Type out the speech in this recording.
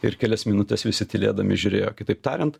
ir kelias minutes visi tylėdami žiūrėjo kitaip tariant